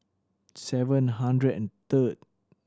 seven hundred and third